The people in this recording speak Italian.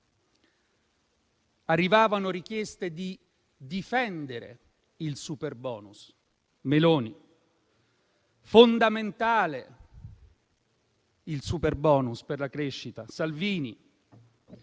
arrivavano richieste di difendere il superbonus*.* Meloni ha definito fondamentale il superbonus per la crescita, come Salvini,